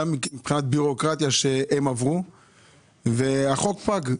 מבחינת ביורוקרטיה שהן עברו והחוק פג.